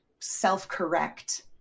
self-correct